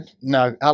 No